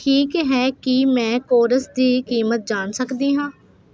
ਠੀਕ ਹੈ ਕੀ ਮੈਂ ਕੋਰਸ ਦੀ ਕੀਮਤ ਜਾਣ ਸਕਦੀ ਹਾਂ